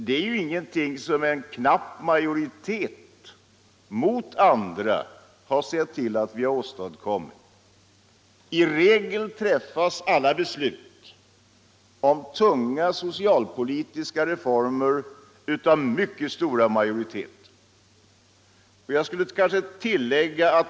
Det är ju ingenting som en knapp majoritet har åstadkommit — i regel träffas alla beslut om tunga socialpolitiska reformer av mycket stora majoriteter.